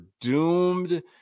doomed